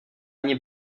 ani